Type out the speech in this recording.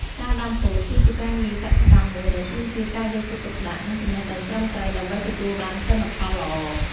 ការដាំពោតគឺជាការងារកសិកម្មមួយដែលទាមទារការយកចិត្តទុកដាក់ និងចំណេះដឹងត្រឹមត្រូវ ដើម្បីទទួលបានទិន្នផលល្អ។